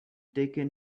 taken